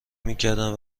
میکردن